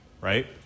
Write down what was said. right